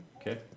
Okay